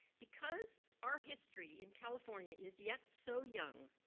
because our history in california is yet so young,